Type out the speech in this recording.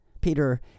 Peter